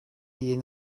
yeni